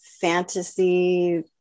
fantasy